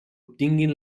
obtinguin